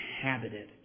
inhabited